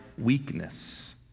Weakness